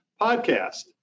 podcast